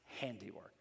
handiwork